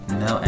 no